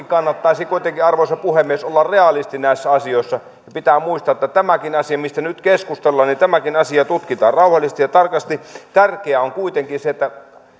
kannattaisi arvoisa puhemies olla realisti näissä asioissa pitää muistaa että tämäkin asia mistä nyt keskustellaan tutkitaan rauhallisesti ja tarkasti tärkeää on kuitenkin se että